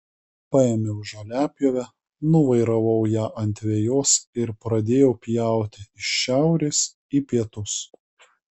paėmiau žoliapjovę nuvairavau ją ant vejos ir pradėjau pjauti iš šiaurės į pietus